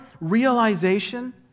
realization